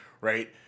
Right